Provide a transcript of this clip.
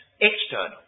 external